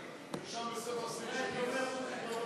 לשנת הכספים 2018, נתקבל.